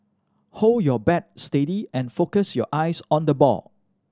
hold your bat steady and focus your eyes on the ball